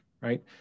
right